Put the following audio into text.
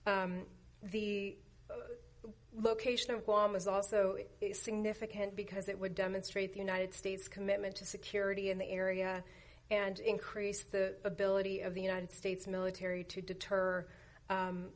itself the location of guam is also significant because that would demonstrate the united states commitment to security in the area and increase the ability of the united states military to deter